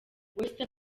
western